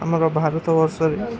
ଆମର ଭାରତ ବର୍ଷରେ